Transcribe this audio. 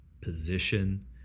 position